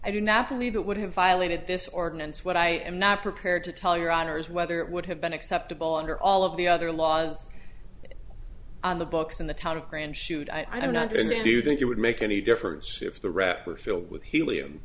i do not believe it would have violated this ordinance what i am not prepared to tell your honor is whether it would have been acceptable under all of the other laws on the books in the town of grand shoot i do not think i do think it would make any difference if the rest were filled with helium